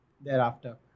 thereafter